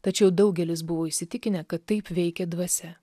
tačiau daugelis buvo įsitikinę kad taip veikia dvasia